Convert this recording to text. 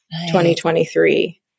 2023